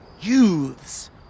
youths